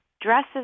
dresses